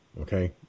okay